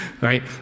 right